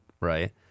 right